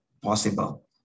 possible